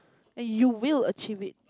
and you will achieve it